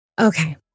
Okay